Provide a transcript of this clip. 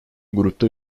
grupta